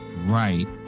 right